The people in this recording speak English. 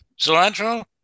Cilantro